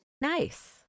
Nice